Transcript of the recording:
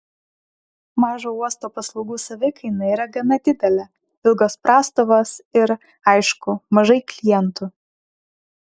mažo uosto paslaugų savikaina yra gana didelė ilgos prastovos ir aišku mažai klientų